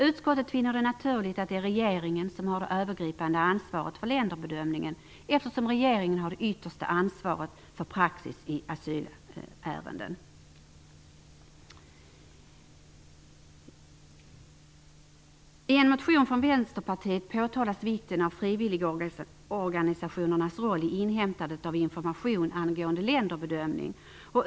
Utskottet finner det naturligt att det är regeringen som har det övergripande ansvaret för länderbedömningen, eftersom regeringen har det yttersta ansvaret för praxis i asylärenden. I en motion från Vänsterpartiet påtalas vikten av frivilligorganisationernas roll vid inhämtandet av information angående länderbedömning.